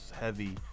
heavy